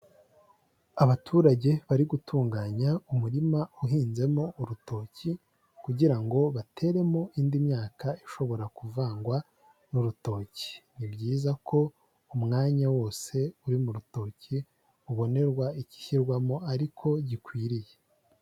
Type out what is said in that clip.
Abaturage bari gutunganya umurima uhinzemo urutoki kugira ngo bateremo indi myaka ishobora kuvangwa n'urutoki, ni byiza ko umwanya wose uri mu rutoki ubonerwa igishyirwamo ariko gikwiriye.